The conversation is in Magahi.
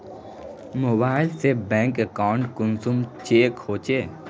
मोबाईल से बैंक अकाउंट कुंसम चेक होचे?